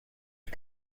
der